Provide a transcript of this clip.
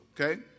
Okay